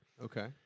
Okay